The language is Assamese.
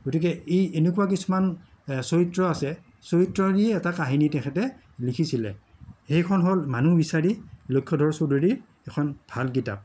গতিকে এই এনেকুৱা কিছুমান চৰিত্ৰ আছে চৰিত্ৰইদি এটা কাহিনী তেখেতে লিখিছিলে সেইখন হ'ল মানুহ বিচাৰি লক্ষ্যধৰ চৌধুৰীৰ এখন ভাল কিতাপ